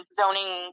zoning